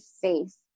faith